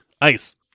Ice